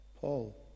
Paul